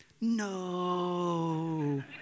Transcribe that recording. No